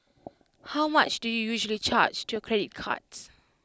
how much do you usually charge to your credit cards